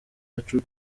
wacu